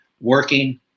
working